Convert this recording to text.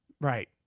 right